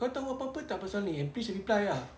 kau tahu apa-apa tak pasal ni please reply ah